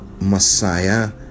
Messiah